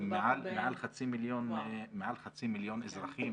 מעל חצי מיליון אזרחים,